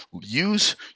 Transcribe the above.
use